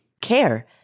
care